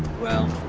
well,